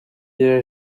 rya